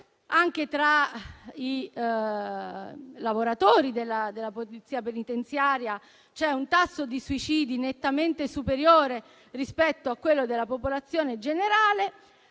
anche tra i lavoratori della Polizia penitenziaria c'è un tasso di suicidi nettamente superiore rispetto a quello della popolazione generale.